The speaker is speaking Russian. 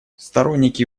сторонники